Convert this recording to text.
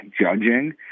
judging